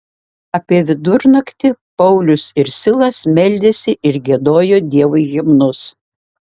apie vidurnaktį paulius ir silas meldėsi ir giedojo dievui himnus